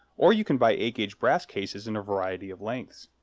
or you can buy eight ga brass cases in a variety of lengths.